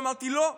אמרתי: לא,